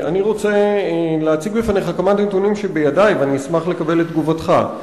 אני רוצה להציג בפניך כמה נתונים שבידי ואני אשמח לקבל את תגובתך.